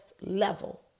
level